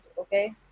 Okay